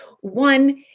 One